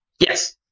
Yes